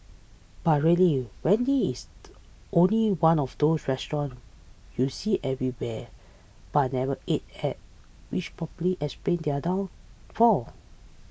but really Wendy's is only one of those restaurants you see everywhere but never ate at which probably explains their downfall